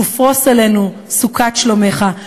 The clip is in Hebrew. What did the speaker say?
ופרוס עלינו סוכת שלומך,